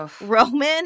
Roman